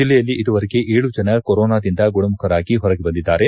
ಜಿಲ್ಲೆಯಲ್ಲಿ ಇದುವರೆಗೆ ಏಳು ಜನ ಕೊರೊನಾದಿಂದ ಗುಣಮುಖರಾಗಿ ಹೊರಗೆ ಬಂದಿದ್ದಾರೆ